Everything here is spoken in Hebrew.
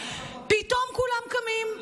פתאום כולם קמים.